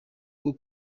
bwo